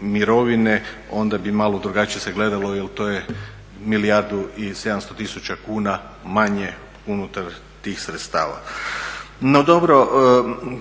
mirovine, onda bi malo drugačije se gledalo jel to je milijardu i 700 tisuća kuna manje unutar tih sredstava. No, dobro,